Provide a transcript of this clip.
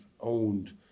owned